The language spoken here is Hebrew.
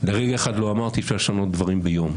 לרגע אחד לא אמרתי שאפשר לשנות דברים ביום,